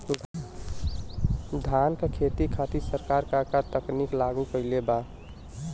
धान क खेती खातिर सरकार का का तकनीक लागू कईले बा?